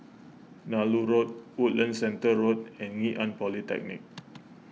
Nallur Road Woodlands Centre Road and Ngee Ann Polytechnic